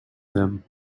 them